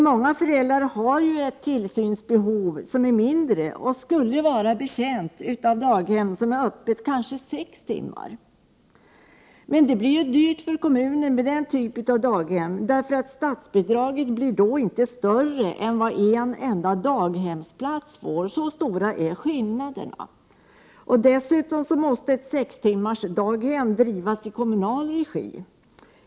Många föräldrar har ett mindre behov av tillsyn för sina barn och skulle vara betjänta av ett daghem med kanske sex timmars öppethållande. Det blir dyrt för kommunen med denna typ av daghem, eftersom statsbidraget inte blir större än för en enda daghemsplats. Så stora är skillnaderna. Dessutom måste ett daghem som är öppet sex timmar drivas i kommunal regi.